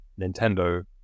Nintendo